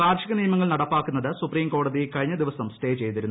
കാർഷിക നിയമങ്ങൾ നടപ്പാക്കുന്നത് സുപ്രീം കോടതി കഴിഞ്ഞ ദിവസം സ്റ്റേ ചെയ്തിരുന്നു